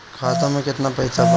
खाता में केतना पइसा बा?